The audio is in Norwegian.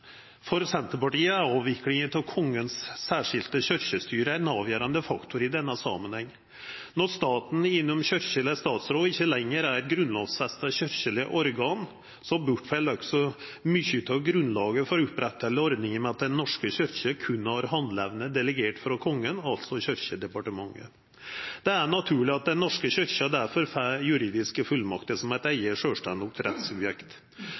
denne samanhengen. Når staten – gjennom kyrkjeleg statsråd – ikkje lenger er eit grunnlovfesta kyrkjeleg organ, fell også mykje av grunnlaget bort for å halda ved lag ordninga med at Den norske kyrkja berre har handleevne delegert frå Kongen, altså kyrkjedepartementet. Det er naturleg at Den norske kyrkja difor får juridiske fullmakter som eit